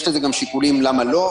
יש לזה גם שיקולים למה לא,